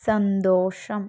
സന്തോഷം